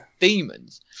demons